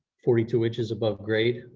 forty two inches above grade,